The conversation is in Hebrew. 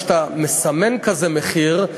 כשאתה מסמן כזה מחיר,